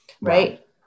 Right